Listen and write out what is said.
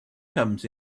comes